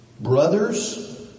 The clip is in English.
brothers